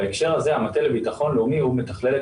בהקשר הזה המטה לביטוח לאומי מתכלל את